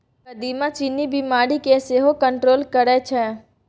कदीमा चीन्नी बीमारी केँ सेहो कंट्रोल करय छै